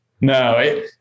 No